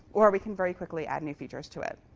or we can very quickly add new features to it.